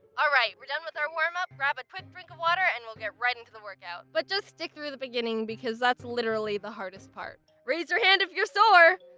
alright, we're done with our warm up, grab a quick drink of water, and we'll get right into the workout! but just stick through the beginning because that's literally the hardest part. raise your hand if you're sore!